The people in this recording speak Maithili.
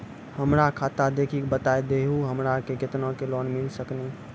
हमरा खाता देख के बता देहु हमरा के केतना के लोन मिल सकनी?